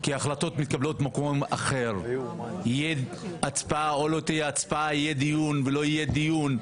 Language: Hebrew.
הצבעה, יהיה דיון או לא יהיה דיון.